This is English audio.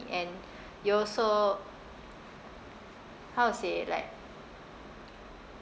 and you also how to say like